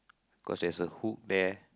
cause there's a hook there